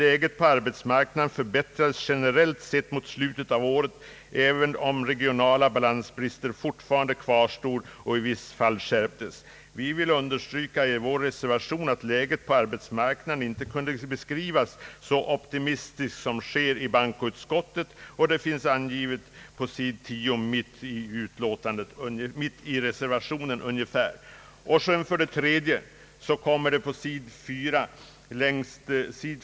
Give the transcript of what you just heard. Läget på arbetsmarknaden förbättrades generellt sett mot slutet av året även om regionala balansbrister fortfarande kvarstod och i vissa fall skärptes.» Vi vill i vår reservation understryka att läget på arbetsmarknaden inte kunde beskrivas så optimistiskt som sker i bankoutskottets utlåtande. För det tredje står i näst sista stycket på sid.